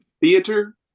Theater